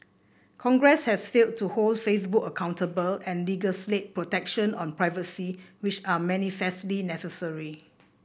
congress has failed to hold Facebook accountable and legislate protections on privacy which are manifestly necessary